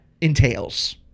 entails